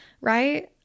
right